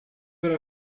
would